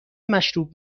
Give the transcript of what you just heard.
مشروب